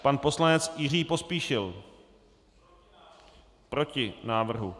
Pan poslanec Jiří Pospíšil: Proti návrhu.